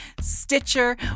Stitcher